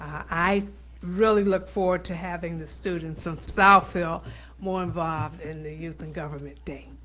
i really look forward to having the students from southfield more involved in the youth and government day.